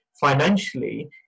financially